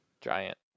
Giant